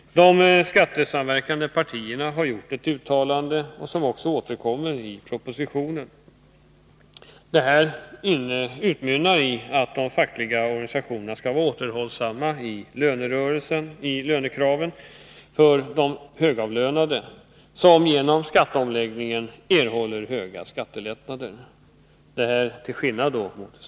De skattesamverkande partierna har gjort ett uttalande som också återkommer i propositionen. Det utmynnar i att de fackliga organisationerna skall vara återhållsamma i sina lönekrav till förmån för de högavlönade, som — till skillnad från det stora flertalet — genom skatteomläggnigen erhåller stora skattelättnader.